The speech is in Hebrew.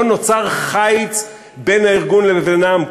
לא נוצר חיץ בין הארגון לבינם.